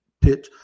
pitch